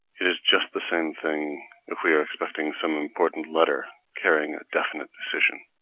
it is just the same thing if we are expecting some important letter carrying a definite decision,